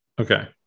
Okay